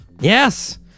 Yes